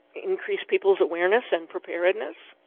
increase people's awareness and preparedness.